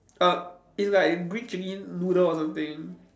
uh it's like green chili noodle or something